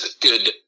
good